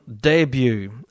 debut